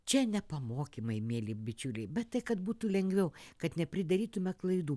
čia ne pamokymai mieli bičiuliai bet tai kad būtų lengviau kad nepridarytume klaidų